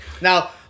Now